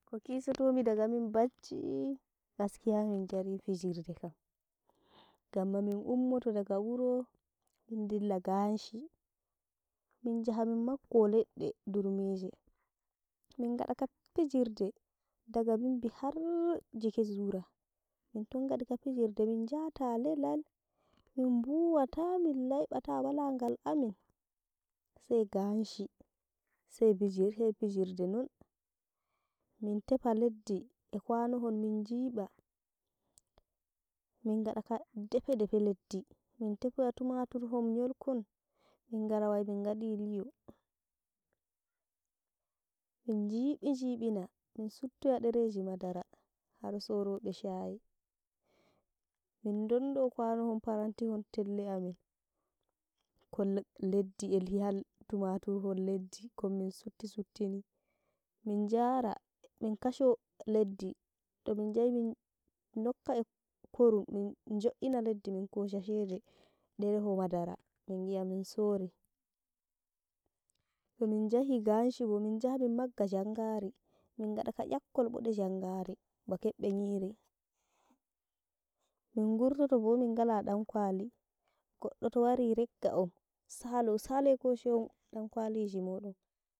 Kokisotomii daga min bacci gaskiya min jari fijirde kam ngam min ummoto daga wuro min dilla ganshi, mijaha min maggo leɗɗe durmije mingada ga fijirde daga bimbi haar jiki zura min tongadi ga fijirde minjata lilal, min buuwata, min laibata, wala ngal amin sai ganshi, sai bijir sai fijirde non. Min tefa leddi eh kwanohon min njiba, min gada ka defe-defe leddi, min tefoya tumatur hon nyolkon minjara wai min ngaɗi li'o min njibi-njibina, min subtoya dereji madara haro sorobe shayi, min dando kwanohon paranti hon telle amin, kon le- leddi eh li'al tumatur hon leddi konmin sutti-suttini, min jara min njo'iina leeɗi min kosha shede dereho madara min bi'a min sori. Tomin njahi ganshi bo min bi'a min ngabba jangare, mingada ka nyakkol bode jangare ba kebbe nyiri, min ngurtoto bo min ngala ɗankwali, goddo to wari regga'on salo-sale koshoyon ɗanwaliki modon.